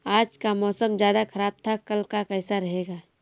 आज का मौसम ज्यादा ख़राब था कल का कैसा रहेगा?